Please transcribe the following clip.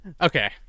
Okay